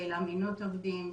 של אמינות עובדים,